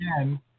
again